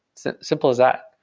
simple as that,